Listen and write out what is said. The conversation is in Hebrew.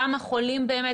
כמה חולים באמת.